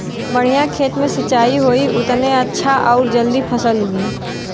बढ़िया खेत मे सिंचाई होई उतने अच्छा आउर जल्दी फसल उगी